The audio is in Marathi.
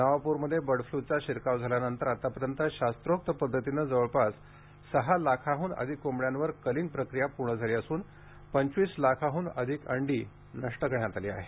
नवाप्रमध्ये बर्ड फ्लूचा शिरकाव झाल्यानंतर आत्तापर्यंत शास्त्रोक्त पद्धतीने जवळपास सहा लाखांहून अधिक कोंबड्यांवर कलिंग प्रक्रिया पूर्ण झाली असून पंचवीस लाखाह्न अधिक अंडी नष्ट करण्यात आली आहेत